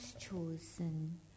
chosen